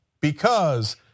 because-